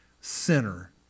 sinner